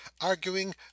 arguing